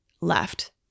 left